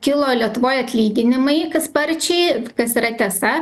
kilo lietuvoj atlyginimai sparčiai kas yra tiesa